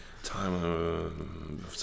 Time